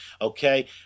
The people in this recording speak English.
Okay